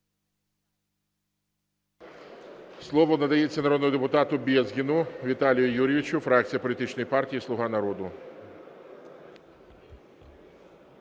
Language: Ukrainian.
Слово надається народному депутату Безгіну Віталію Юрійовичу, фракція політичної партії "Слуга народу".